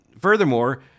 furthermore